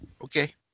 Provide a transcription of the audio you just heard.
Okay